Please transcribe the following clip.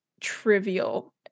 trivial